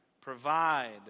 provide